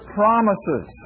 promises